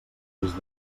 des